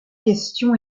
question